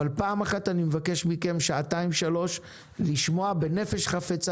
אבל פעם אחת אני מבקש מכם במשך שעתיים-שלוש לשמוע בנפש חפצה